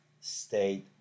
State